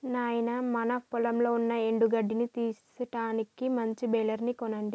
నాయినా మన పొలంలో ఉన్న ఎండు గడ్డిని తీసుటానికి మంచి బెలర్ ని కొనండి